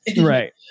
Right